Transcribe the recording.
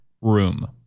room